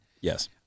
Yes